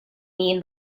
mean